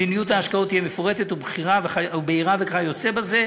מדיניות ההשקעות תהיה מפורטת ובהירה, וכיוצא בזה.